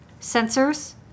sensors